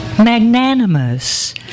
magnanimous